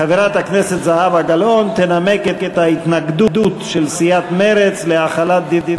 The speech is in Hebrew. חברת הכנסת זהבה גלאון תנמק את ההתנגדות של סיעת מרצ להחלת דין